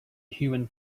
human